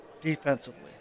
Defensively